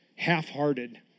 half-hearted